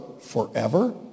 forever